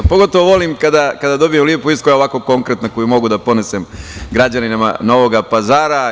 A, pogotovo volim kada dobijem lepu vest koja je ovako konkretna, koju mogu da ponesem građanima Novog Pazara.